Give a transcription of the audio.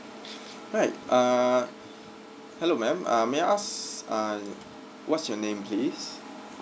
right err hello madam um may I ask um what's your name please